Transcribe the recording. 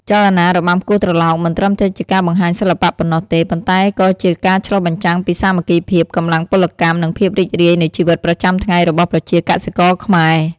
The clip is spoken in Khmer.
ចលនារបាំគោះត្រឡោកមិនត្រឹមតែជាការបង្ហាញសិល្បៈប៉ុណ្ណោះទេ ប៉ុន្តែក៏ជាការឆ្លុះបញ្ចាំងពីសាមគ្គីភាព កម្លាំងពលកម្ម និងភាពរីករាយនៃជីវិតប្រចាំថ្ងៃរបស់ប្រជាកសិករខ្មែរ។